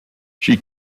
she